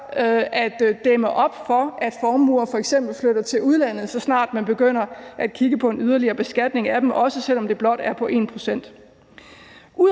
at dæmme op for, at formuer f.eks. flytter til udlandet, så snart man begynder at kigge på en yderligere beskatning af dem, også selv om det blot er på 1 pct.